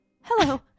Hello